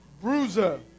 Bruiser